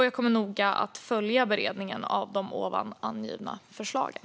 Jag kommer noga att följa beredningen av de ovan angivna förslagen.